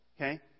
Okay